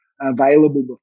available